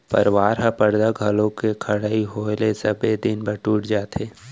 परवार ह परदा घलौ के खड़इ होय ले सबे दिन बर टूट जाथे